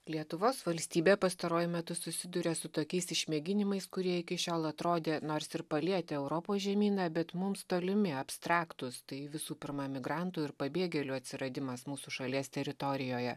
lietuvos valstybė pastaruoju metu susiduria su tokiais išmėginimais kurie iki šiol atrodė nors ir palietę europos žemyną bet mums tolimi abstraktūs tai visų pirma migrantų ir pabėgėlių atsiradimas mūsų šalies teritorijoje